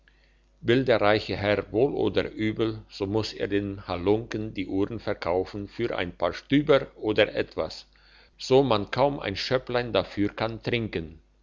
will der reiche herr wohl oder übel so muss er dem halunken die uhren verkaufen für ein paar stüber oder etwas so man kaum ein schöpplein dafür kann trinken